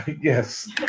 yes